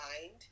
mind